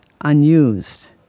unused